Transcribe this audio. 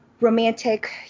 romantic